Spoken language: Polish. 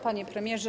Panie Premierze!